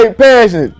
passion